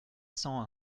cent